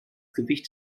gewicht